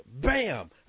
bam